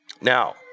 Now